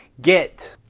get